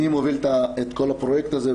אני מוביל את כל הפרויקט הזה,